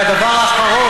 תוריד אותו, והדבר האחרון,